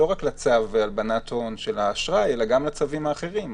לא רק לצו הלבנת הון של האשראי אלא גם לצווים האחרים.